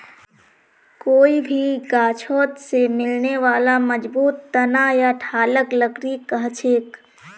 कोई भी गाछोत से मिलने बाला मजबूत तना या ठालक लकड़ी कहछेक